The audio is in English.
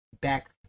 back